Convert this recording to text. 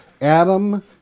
Adam